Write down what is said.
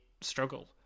struggle